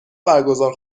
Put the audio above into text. برگزار